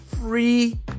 free